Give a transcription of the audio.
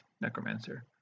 necromancer